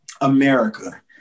America